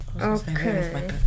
okay